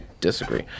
disagree